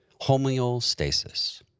homeostasis